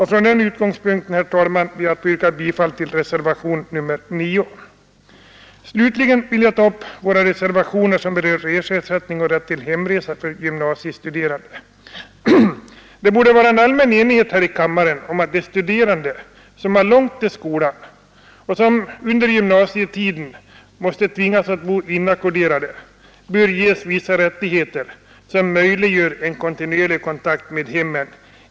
Från den utgångspunkten, herr talman, ber jag att få yrka bifall till reservationen 9. Slutligen vill jag ta upp våra reservationer som berör reseersättning och rätt till hemresa för gymnasiestuderande. Det borde vara en allmän enighet här i kammaren om att de studerande som har långt till skolan och som under gymnasietiden tvingas bo inackorderade bör ges vissa rättigheter som möjliggör en kontinuerlig kontakt med hemmen.